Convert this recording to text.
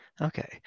Okay